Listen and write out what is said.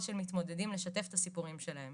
של מתמודדים לשתף את הסיפורים שלהם